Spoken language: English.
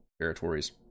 territories